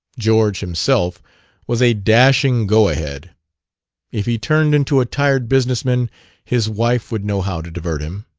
george himself was a dashing go-ahead if he turned into a tired business-man his wife would know how to divert him.